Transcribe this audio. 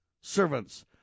servants